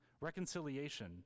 Reconciliation